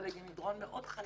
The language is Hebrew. אבל היא מדרון מאוד חלקלק.